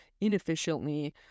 inefficiently